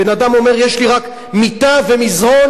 הבן-אדם אומר: יש לי רק מיטה ומזרון,